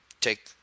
take